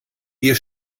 ihr